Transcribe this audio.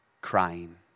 crying